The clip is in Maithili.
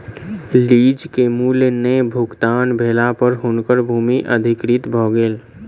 लीज के मूल्य नै भुगतान भेला पर हुनकर भूमि अधिकृत भ गेलैन